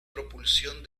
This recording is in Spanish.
propulsión